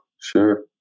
Sure